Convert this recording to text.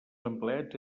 empleats